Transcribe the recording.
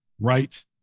right